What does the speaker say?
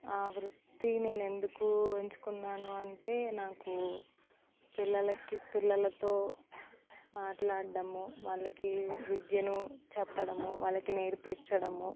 ఆ వృత్తి నేను ఎందుకు ఎంచుకున్నాను అంటే నాకు పిల్లలకి పిల్లలతో మాట్లాడటము వాళ్ళకి విద్యను చెప్పడము వాళ్ళకి నేర్పించడము